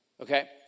Okay